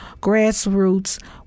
grassroots